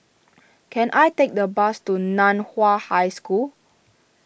can I take the bus to Nan Hua High School